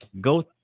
go